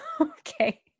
Okay